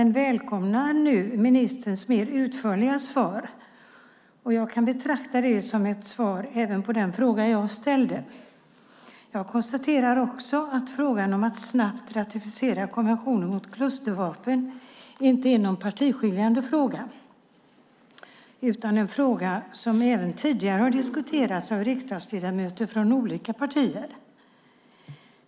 Nu välkomnar jag ministerns mer utförliga svar som jag kan betrakta som ett svar även på den fråga som jag ställt. Jag konstaterar också att frågan om att snabbt ratificera konventionen mot klustervapen inte är någon partiskiljande fråga utan en fråga som även tidigare har diskuterats av riksdagsledamöter från olika partier.